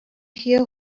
hear